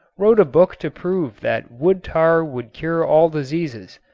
wrote a book to prove that wood tar would cure all diseases.